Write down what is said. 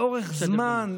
לאורך זמן,